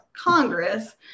Congress